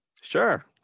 sure